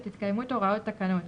את התקיימות הוראות תקנות: